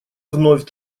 вновь